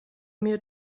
mir